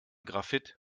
graphit